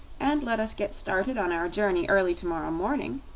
and let us get started on our journey early to-morrow morning,